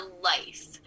life